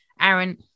Aaron